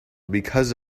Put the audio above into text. because